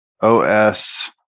OS